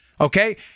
Okay